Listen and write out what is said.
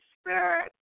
Spirit